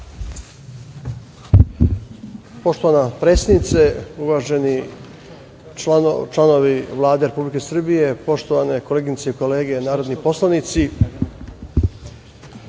Poštovana predsednice, uvaženi članovi Vlade Republike Srbije, poštovane koleginice i kolege narodni poslanici,